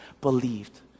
Believed